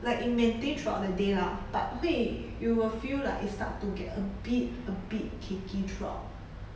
like it maintained throughout the day lah but 会 you will feel like it start to get a bit a bit cakey throughout